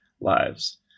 lives